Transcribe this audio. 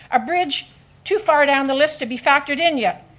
a bridge too far down the list to be factored in yet,